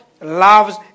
loves